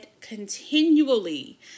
continually